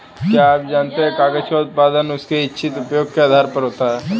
क्या आप जानते है कागज़ का उत्पादन उसके इच्छित उपयोग के आधार पर होता है?